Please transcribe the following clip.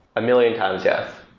a million times, yes.